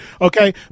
Okay